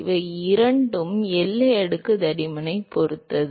இவை இரண்டும் எல்லை அடுக்கு தடிமனைப் பொறுத்தது